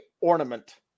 Ornament